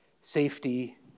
safety